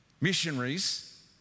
Missionaries